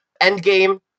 Endgame